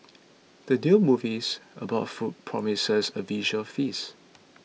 the new movies about food promises a visual feast